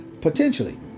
potentially